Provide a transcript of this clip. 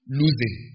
losing